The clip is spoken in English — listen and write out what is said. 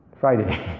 Friday